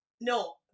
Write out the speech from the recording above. No